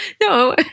No